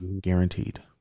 Guaranteed